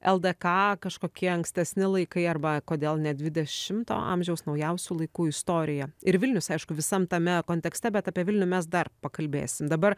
ldk kažkokie ankstesni laikai arba kodėl ne dvidešimto amžiaus naujausių laikų istorija ir vilnius aišku visam tame kontekste bet apie vilnių mes dar pakalbėsim dabar